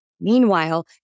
Meanwhile